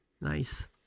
Nice